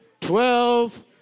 twelve